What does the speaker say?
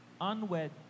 unwed